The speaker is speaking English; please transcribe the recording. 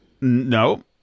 No